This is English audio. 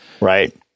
right